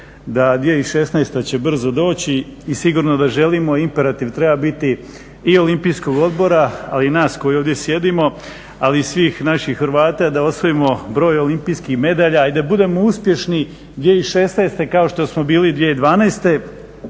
da 2016. će brzo doći i sigurno da želimo i imperativ treba biti i Olimpijskog odbora, ali i nas koji ovdje sjedimo ali i svih naših Hrvata da osvojimo broj olimpijskih medalja i da budemo uspješni 2016. kao što smo bili 2012.